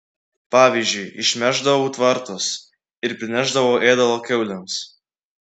pavyzdžiui išmėždavau tvartus ir prinešdavau ėdalo kiaulėms